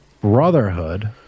brotherhood